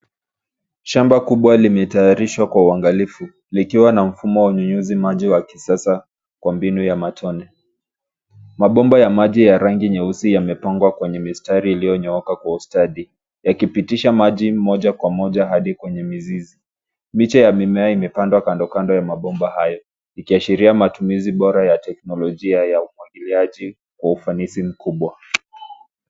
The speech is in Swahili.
Shamba kubwa limetayarishwa kwa uangalifu likiwa na mfumo wa unyunyizi maji wa kisasa kwa mbinu ya matone. Mabomba ya maji ya rangi nyeusi yamepangwa kwenye mistari iliyonyooka kwa ustadi, yakipitisha maji moja kwa moja hadi kwenye mizizi. Miche ya mimea imepandwa kando, kando ya mabomba hayo, ikiashiria matumizi bora ya teknolojia ya umwagiliaji kwa ufanisi mkubwa.